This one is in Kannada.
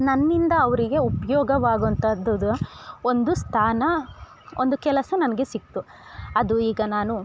ನನ್ನಿಂದ ಅವರಿಗೆ ಉಪಯೋಗವಾಗುವಂಥದ್ದು ಅದು ಒಂದು ಸ್ಥಾನ ಒಂದು ಕೆಲಸ ನನಗೆ ಸಿಕ್ತು ಅದು ಈಗ ನಾನು